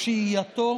לשהייתו